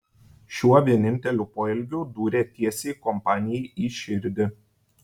šiuo vieninteliu poelgiu dūrė tiesiai kompanijai į širdį